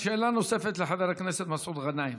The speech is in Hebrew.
שאלה נוספת לחבר הכנסת מסעוד גנאים.